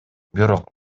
бирок